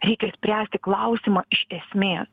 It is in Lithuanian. reikia spręsti klausimą iš esmės